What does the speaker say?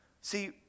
See